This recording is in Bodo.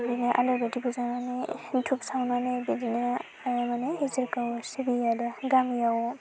आलारि बाथिखौ सावनानै धुब सावनानै बिदिनो माने इसोरखौ सिबियो आरो गामियाव